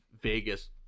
Vegas